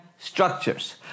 structures